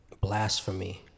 blasphemy